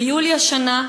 ביולי השנה,